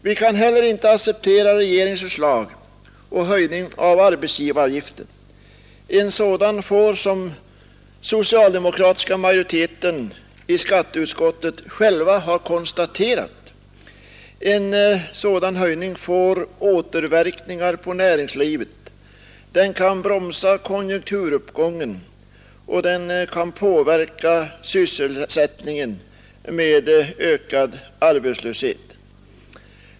Vi kan heller inte acceptera regeringens förslag till höjning av arbetsgivaravgiften. En sådan höjning får, som den socialdemokratiska majoriteten i skatteutskottet själv har konstaterat, återverkningar på näringslivet. Den kan bromsa konjunkturuppgången och den kan påverka sysselsättningen genom ökad arbetslöshet.